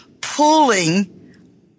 pulling